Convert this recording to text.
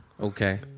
Okay